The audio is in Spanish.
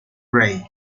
grey